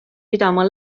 pidama